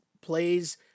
plays